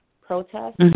protest